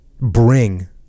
bring